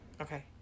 Okay